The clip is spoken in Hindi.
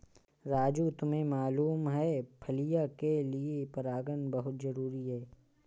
राजू तुम्हें मालूम है फलियां के लिए परागन बहुत जरूरी है